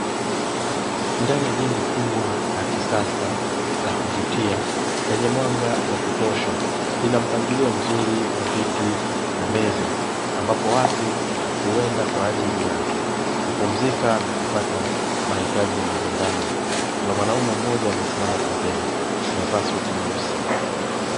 Ndani ya jengo kubwa la kisasa la kuvutia lenye mwanga wa kutosha, lina mpangilio mzuri wa viti na meza, watu huenda kwaajili ya kupumzika na kupata mahitaji mbalimbali, kuna mwanaume mmoja amesimama pembeni amevaa suti nyeusi.